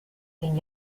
den